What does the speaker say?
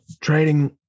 trading